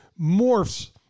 morphs